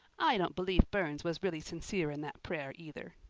i don't believe burns was really sincere in that prayer, either.